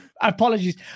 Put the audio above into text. apologies